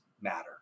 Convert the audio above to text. matter